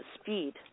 speed